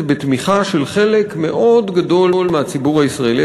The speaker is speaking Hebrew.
בתמיכה של חלק מאוד גדול מהציבור הישראלי?